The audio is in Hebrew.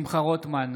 שמחה רוטמן,